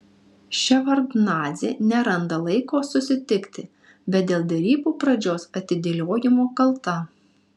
ševardnadzė neranda laiko susitikti bet dėl derybų pradžios atidėliojimo kalta